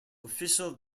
official